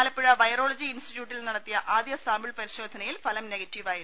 ആല പ്പുഴ വൈറോളജി ഇൻസ്റ്റിറ്റ്യൂട്ടിൽ നടത്തിയ ആദ്യ സാമ്പിൾ പരി ശോധനയിൽ ഫലം നെഗറ്റീവായിരുന്നു